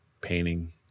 painting